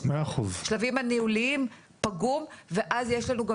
בשלבים הניהוליים פגום ואז יהיו לנו גם